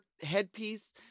headpiece